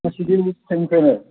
ꯉꯁꯤꯗꯤ ꯊꯦꯡꯈ꯭ꯔꯦꯅꯦ